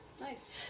Nice